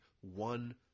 one